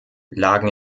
lagen